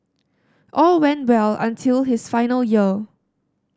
all went well until his final year